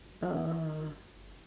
uh